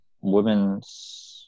women's